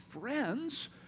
friends